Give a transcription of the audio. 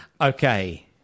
Okay